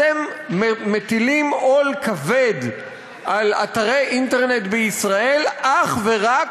אתם מטילים עול כבד על אתרי אינטרנט בישראל אך ורק